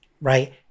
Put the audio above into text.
right